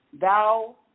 Thou